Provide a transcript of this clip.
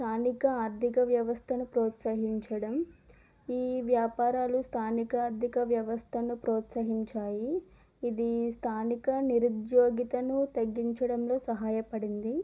స్థానిక ఆర్దిక వ్యవస్థను ప్రోత్సహించడం ఈ వ్యాపారాలు స్థానిక ఆర్దిక వ్యవస్థను ప్రోత్సహించాయి ఇది స్థానిక నిరుద్యోగతను తగ్గించడంలో సహాయపడింది